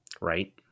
right